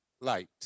light